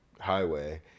highway